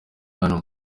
hano